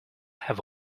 have